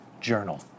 journal